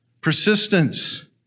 Persistence